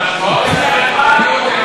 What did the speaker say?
אני מבקש.